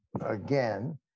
again